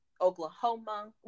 Oklahoma